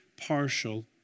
partial